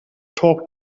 talk